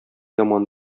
яман